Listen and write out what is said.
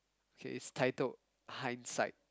okay it's titled Hindsight